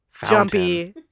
Jumpy